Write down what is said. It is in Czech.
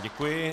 Děkuji.